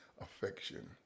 affection